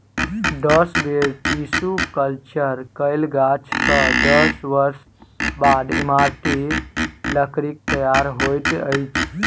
दस बेर tissue culture कयल गाछ सॅ दस वर्ष बाद इमारती लकड़ीक तैयार होइत अछि